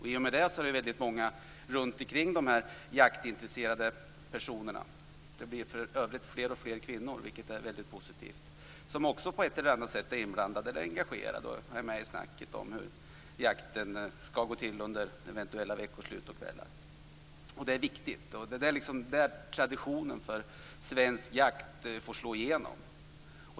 I och med det är det väldigt många runt omkring dessa jaktintresserade personer - för övrigt fler och fler kvinnor, vilket är positivt - som också på ett eller annat sätt är inblandade eller engagerade. De är med i snacket om hur jakten skall gå till under veckoslut och kvällar. Detta är viktigt. Det är här som traditionen för svensk jakt får slå igenom.